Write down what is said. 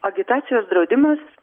agitacijos draudimas